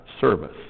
service